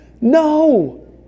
No